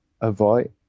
avoid